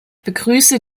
begrüße